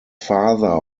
father